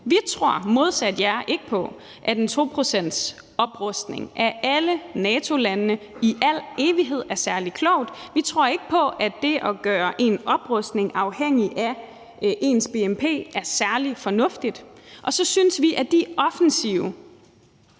Vi tror modsat jer ikke på, at en 2-procentsoprustning af alle NATO-landene i al evighed er særlig klogt. Vi tror ikke på, at det at gøre ens oprustning afhængig af ens bnp er særlig fornuftigt. Og så synes vi, at de offensive